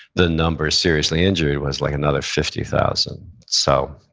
the number seriously injured was like another fifty thousand, so,